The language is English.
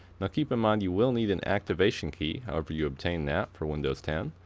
now keep in mind you will need an activation key however you obtain that for windows ten.